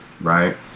right